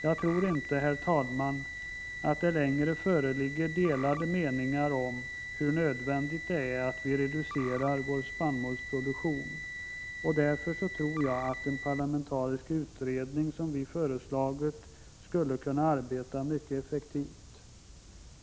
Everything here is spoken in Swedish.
Jag tror inte, herr talman, att det längre föreligger delade meningar om att det är nödvändigt att vi reducerar vår spannmålsproduktion. Därför tror jag att en parlamentarisk utredning, som vi föreslagit, skulle kunna arbeta mycket effektivt.